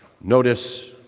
Notice